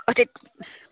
অঁ তেতিয়া